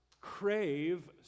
crave